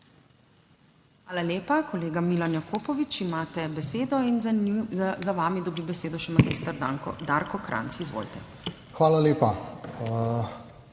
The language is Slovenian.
Hvala lepa. Kolega Milan Jakopovič, imate besedo. Za vami dobi besedo še magister Darko Krajnc. Izvolite. MILAN